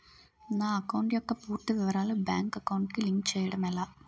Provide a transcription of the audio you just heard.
నా అకౌంట్ యెక్క పూర్తి వివరాలు బ్యాంక్ అకౌంట్ కి లింక్ చేయడం ఎలా?